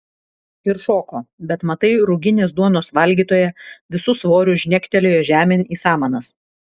ir šoko bet matai ruginės duonos valgytoja visu svoriu žnegtelėjo žemėn į samanas